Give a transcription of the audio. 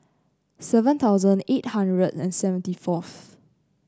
seven thousand eight hundred and sixty fourth